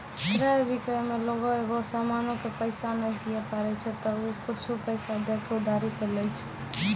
क्रय अभिक्रय मे लोगें एगो समानो के पैसा नै दिये पारै छै त उ कुछु पैसा दै के उधारी पे लै छै